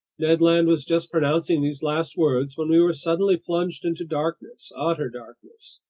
ned land was just pronouncing these last words when we were suddenly plunged into darkness, utter darkness.